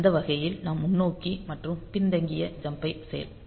அந்த வகையில் நாம் முன்னோக்கி மற்றும் பின்தங்கிய jump ஐச் செய்யலாம்